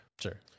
sure